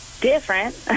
different